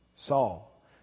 Saul